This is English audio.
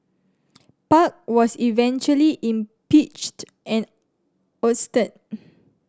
park was eventually impeached and ousted